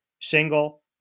single